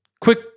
quick